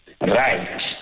Right